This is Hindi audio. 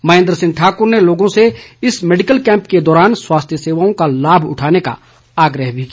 महेन्द्र सिंह ठाकुर ने लोगों से इस मैडिकल कैंप के दौरान स्वास्थ्य सेवाओं का लाभ उठाने का आग्रह भी किया